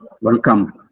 welcome